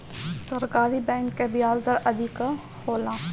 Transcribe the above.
सरकारी बैंक कअ बियाज दर अधिका होला